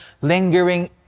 lingering